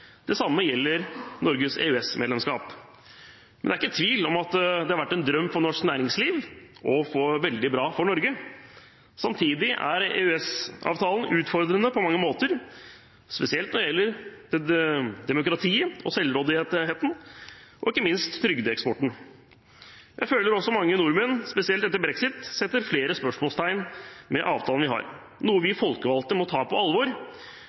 Det samme gjelder Norges EØS-medlemskap. Det er ikke tvil om at det har vært en drøm for norsk næringsliv og veldig bra for Norge. Samtidig er EØS-avtalen utfordrende på mange måter, spesielt når det gjelder demokratiet og selvråderetten, og ikke minst trygdeeksporten. Jeg føler også at mange nordmenn, spesielt etter brexit, setter flere spørsmålstegn med avtalen vi har. Det er noe vi folkevalgte må ta på alvor,